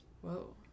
Whoa